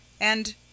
And